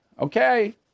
Okay